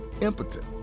impotent